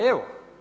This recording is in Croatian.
Evo.